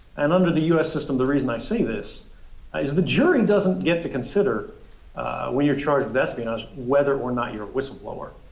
and under the us system the reason i say this is the jury doesn't get to consider when you're charged with espionage whether or not you're a whistleblower.